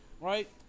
right